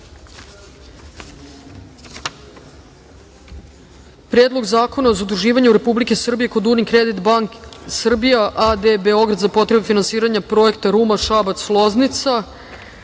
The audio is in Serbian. Predlog zakona o zaduživanju Republike Srbije kod Unikredit banke Srbija a.d. Beograd za potrebe finansiranja Projekta Ruma-Šabac-Loznica,